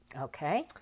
Okay